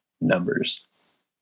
numbers